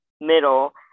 middle